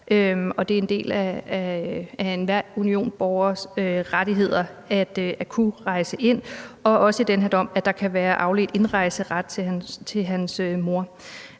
det er en del af enhver unionsborgers rettigheder at kunne rejse ind, og der kan også i forbindelse med den her dom være afledt indrejseret til hans mor.